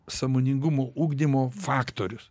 sąmoningumo ugdymo faktorius